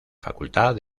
facultad